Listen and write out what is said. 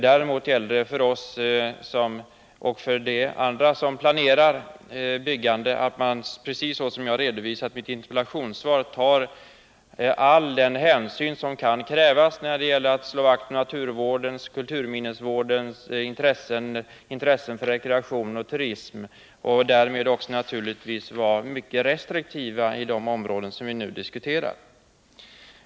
Däremot gäller det för oss och för andra som planerar byggande att, precis som jag har redovisat i mitt interpellationssvar, ta all den hänsyn som kan krävas när det gäller att slå vakt om naturvårdens och kulturminnesvårdens intressen samt rekreationsoch turistintresset. Man måste naturligtvis vara mycket restriktiv när det gäller byggande i de områden som vi nu diskuterar.